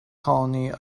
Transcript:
colony